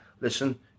listen